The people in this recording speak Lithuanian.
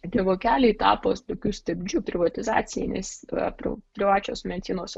tie vokeliai tapo tokiu stabdžiu privatizacijai nes privačios medicinos